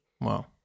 Wow